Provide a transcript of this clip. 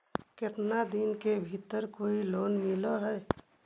केतना दिन के भीतर कोइ लोन मिल हइ?